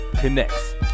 Connects